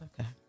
Okay